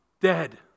dead